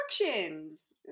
instructions